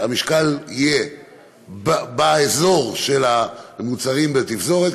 המשקל יהיה באזור של המוצרים בתפזורת,